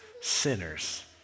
Sinners